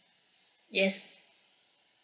yes